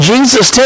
Jesus